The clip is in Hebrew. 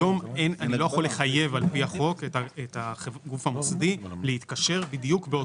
היום על פי החוק אני לא יכול לחייב את הגוף המוסדי להתקשר באותם